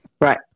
Right